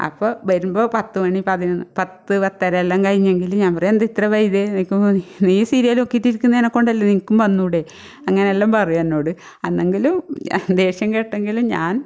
അപ്പോൾ വരുമ്പോൾ പത്ത് മണി പതിനൊന്ന് പത്ത് പത്തര എല്ലാം കഴിഞ്ഞെങ്കിൽ ഞാൻ പറയും അത് എന്താ ഇത്ര വൈകിയത് എന്ന് ചോദിക്കുമ്പം മതി നീ സീരിയല് നോക്കീട്ട് ഇരിക്കുന്നതിനെ കൊണ്ടല്ലെ നിനക്കും വന്നുകൂടെ അങ്ങനെയെല്ലാം പറയും എന്നോട് അന്നെങ്കിലും ദേഷ്യം കേട്ടിട്ടെങ്കിലും ഞാൻ